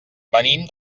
venim